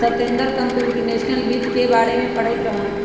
Satender computational वित्त के बारे में पढ़ईत रहन